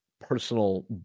personal